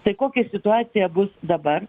tai kokia situacija bus dabar